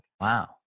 Wow